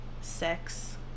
sex